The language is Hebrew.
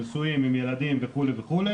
כאלה שנשואים עם ילדים וכו',